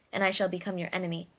and i shall become your enemy.